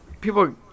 people